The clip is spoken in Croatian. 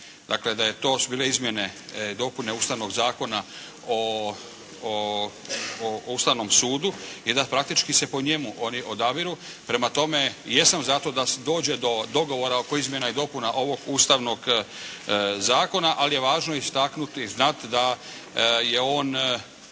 Dakle, da je to su bile izmjene i dopune Ustavnog zakona o Ustavnom sudu i da praktički se po njemu oni odabiru. Prema tome, jesam za to da dođe do dogovora oko izmjena i dopuna ovog Ustavnog zakona. Ali je važno istaknuti i znati da je on,